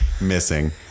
missing